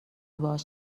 باهاش